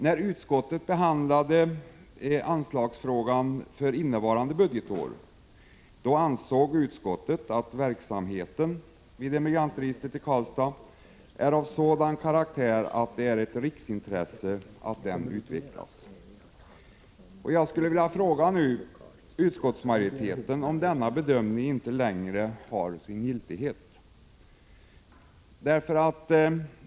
När utskottet behandlade anslagsfrågan för innevarande budgetår, ansåg utskottet att verksamheten vid Emigrantregistret i Karlstad är av sådan karaktär att det är ett riksintresse att den utvecklas. Jag skulle nu vilja fråga utskottsmajoriteten om denna bedömning inte längre har sin giltighet.